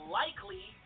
likely